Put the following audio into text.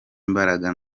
imbaraga